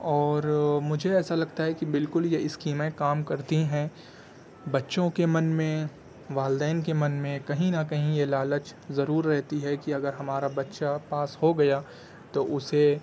اور مجھے ایسا لگتا ہے کہ بالکل یہ اسکیمیں کام کرتی ہیں بچوں کے من میں والدین کے من میں کہیں نہ کہیں یہ لالچ ضرور رہتی ہے کہ اگر ہمارا بچہ پاس ہو گیا تو اسے